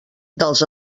dels